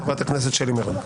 חברת הכנסת שלי מירון.